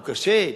הוא קשה,